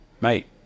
mate